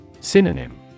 Synonym